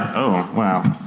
oh wow.